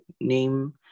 name